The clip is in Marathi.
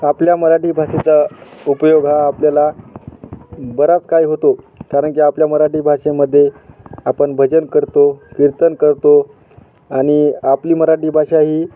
आपल्या मराठी भाषेचा उपयोग हा आपल्याला बराच काय होतो कारण की आपल्या मराठी भाषेमध्ये आपण भजन करतो कीर्तन करतो आणि आपली मराठी भाषा ही